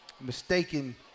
mistaken